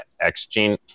X-Gene